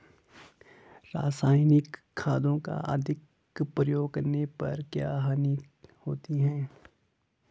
रासायनिक खाद का अधिक प्रयोग करने पर क्या हानि होती है?